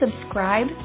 subscribe